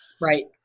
right